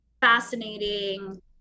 fascinating